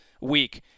week